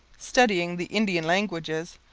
studying the indian languages,